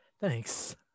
Thanks